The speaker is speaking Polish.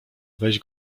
weź